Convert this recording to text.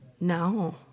No